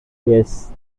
yes